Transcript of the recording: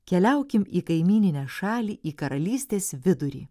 keliaukim į kaimyninę šalį į karalystės vidurį